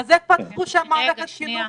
אז איך פתחו שם את מערכת החינוך